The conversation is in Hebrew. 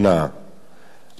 אני רק רוצה לומר,